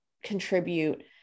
Contribute